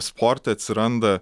sporte atsiranda